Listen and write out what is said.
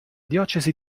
diocesi